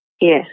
Yes